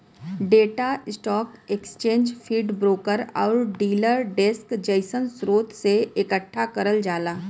data stock exchange feed, broker आउर dealer desk जइसन स्रोत से एकठ्ठा करल जाला